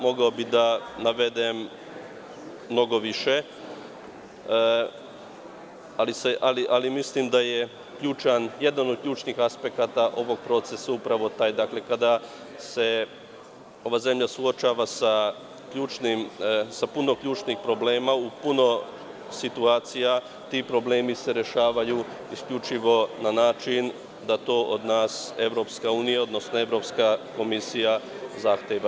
Mogao bih da navedem mnogo više, ali mislim da je jedan od ključnih aspekata ovog procesa upravo taj, dakle kada se ova zemlja suočava sa puno ključnih problema u puno situacija ti problemi se rešavaju isključivo na način da to od nas EU odnosno Evropska komisija zahteva.